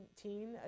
teen